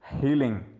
healing